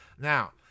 Now